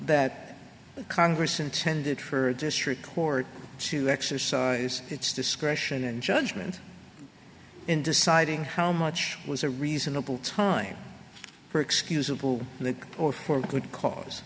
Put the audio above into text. that congress intended for district court to exercise its discretion and judgment in deciding how much was a reasonable time for excusable that or for a good cause